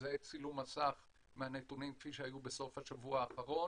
זה צילום מסך מהנתונים כפי שהיו בסוף השבוע האחרון.